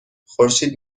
خورشید